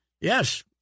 Yes